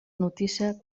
notícia